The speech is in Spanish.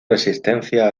resistencia